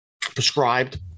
prescribed